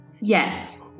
Yes